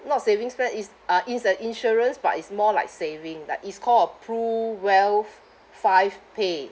not savings plan is uh ins~ a insurance but it's more like saving lah is call a PruWealth five pay